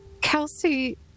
Kelsey